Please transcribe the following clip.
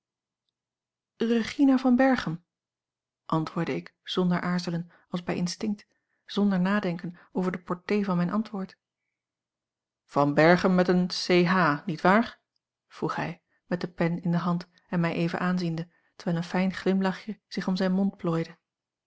regina van berchem antwoordde ik zonder aarzelen als bij instinct zonder nadenken over de portée van mijn antwoord van berchem met een ch niet waar vroeg hij met de pen in de hand en mij even aanziende terwijl een fijn glimlachje zich om zijn mond plooide